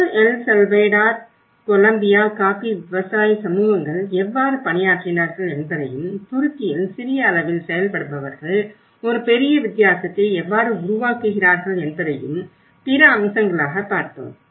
பெரு El Salvador Colombia coffee விவசாய சமூகங்கள் எவ்வாறு பணியாற்றினார்கள் என்பதையும் துருக்கியில் சிறிய அளவில் செயல்படுபவர்கள் ஒரு பெரிய வித்தியாசத்தை எவ்வாறு உருவாக்குகிறார்கள் என்பதையும் பிற அம்சங்களாக பார்த்தோம்